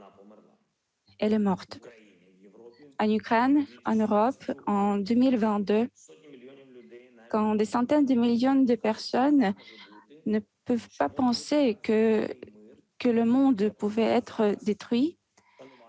Elle est morte. En Ukraine, en Europe, en 2022, pour des centaines de millions de personnes, il n'était pas imaginable que le monde puisse être détruit.